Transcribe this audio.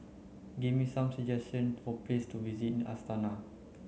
give me some suggestion for place to visit Astana